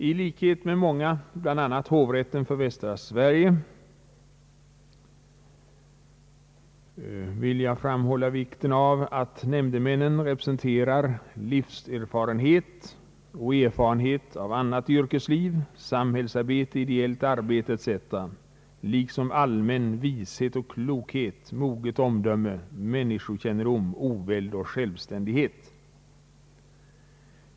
I likhet med många, bl.a. hovrätten för västra Sverige, vill jag framhålla vikten av att nämndemännen representerar livserfarenhet och erfarenhet av annat yrkesliv, samhällsarbete, idéellt arbete etc. liksom allmän vishet och klokhet, moget omdöme, människokännedom, oväld och självständighet.